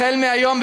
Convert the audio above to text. החל מהיום,